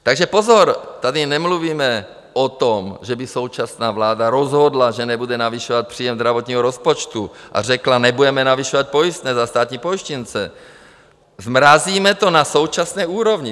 Takže pozor, tady nemluvíme o tom, že by současná vláda rozhodla, že nebude navyšovat příjem zdravotního rozpočtu a řekla: nebudeme navyšovat pojistné za státní pojištěnce, zmrazíme to na současné úrovni.